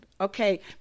Okay